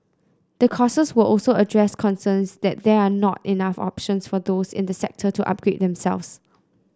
the courses will also address concerns that there are not enough options for those in the sector to upgrade themselves